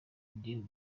idini